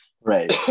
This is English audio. Right